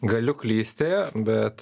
galiu klysti bet